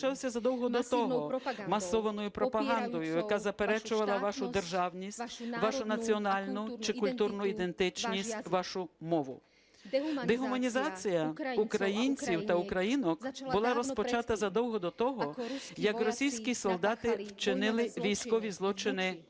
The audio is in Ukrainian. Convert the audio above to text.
він почався задовго до того масованою пропагандою, яка заперечувала вашу державність, вашу національну чи культурну ідентичність, вашу мову. Дегуманізація українців та українок була розпочата задовго до того, як російські солдати вчинили військові злочини у Бучі чи